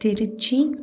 Trichy